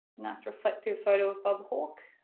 nice reflective photo of bob hawke,